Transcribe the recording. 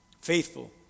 Faithful